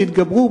תתגברו,